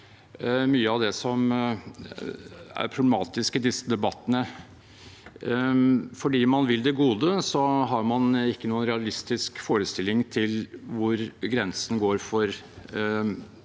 mye av det som er problematisk i disse debattene. Fordi man vil det gode, har man ikke noen realistisk forestilling om hvor grensen går for